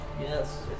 Yes